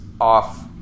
off